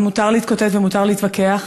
מותר להתקוטט ומותר להתווכח,